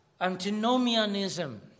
antinomianism